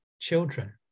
children